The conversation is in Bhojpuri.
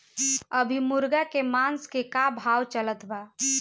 अभी मुर्गा के मांस के का भाव चलत बा?